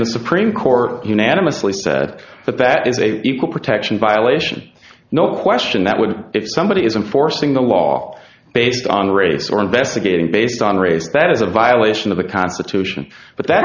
the supreme court unanimously said that that is a equal protection violation no question that would if somebody isn't forcing the law based on race or investigating based on race that is a violation of the constitution but that